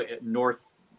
North